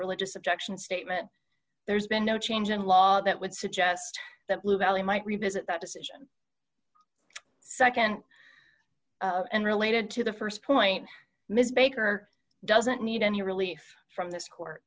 religious objection statement there's been no change in law that would suggest that lew valley might revisit that decision nd and related to the st point ms baker doesn't need any relief from this court